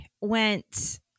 went